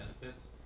benefits